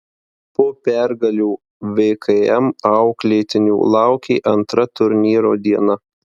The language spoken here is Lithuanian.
po pergalių vkm auklėtinių laukė antra turnyro diena